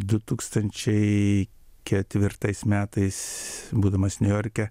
du tūkstančiai ketvirtais metais būdamas niujorke